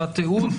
והתיעוד.